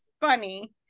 funny